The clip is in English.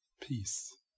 Peace